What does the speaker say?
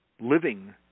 living